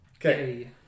Okay